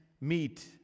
meet